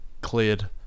cleared